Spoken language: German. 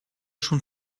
schon